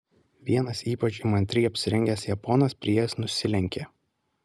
vienas ypač įmantriai apsirengęs japonas priėjęs nusilenkė